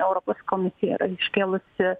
europos komisija yra iškėlusi